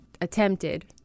attempted